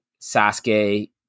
sasuke